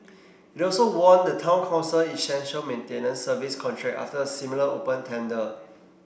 it also won the Town Council essential maintenance service contract after a similar open tender